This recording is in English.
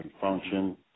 function